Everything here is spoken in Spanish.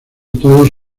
todos